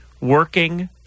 working